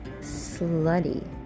slutty